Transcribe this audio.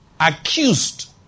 accused